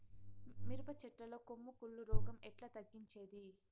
మిరప చెట్ల లో కొమ్మ కుళ్ళు రోగం ఎట్లా తగ్గించేది?